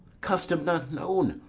custom not known,